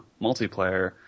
multiplayer